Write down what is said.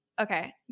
okay